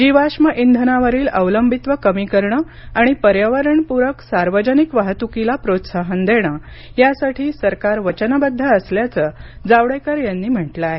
जीवाश्म इंधनावरील अवलंबित्व कमी करणं आणि पर्यावरणप्रक सार्वजनिक वाहतुकीला प्रोत्साहन देणं यासाठी सरकार वचनबद्ध असल्याचं जावडेकर यांनी म्हटलं आहे